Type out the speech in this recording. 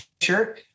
sure